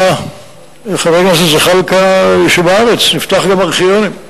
חבר הכנסת זחאלקה, הצעת שבארץ נפתח גם ארכיונים,